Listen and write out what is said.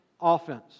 offense